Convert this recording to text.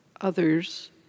others